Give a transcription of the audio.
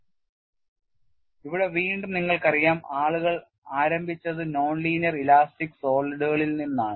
J as a Stress Intensity Parameter ഇവിടെ വീണ്ടും നിങ്ങൾക്കറിയാം ആളുകൾ ആരംഭിച്ചത് നോൺ ലീനിയർ ഇലാസ്റ്റിക് സോളിഡുകളിൽ നിന്നാണ്